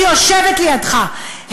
שיושבת לידך,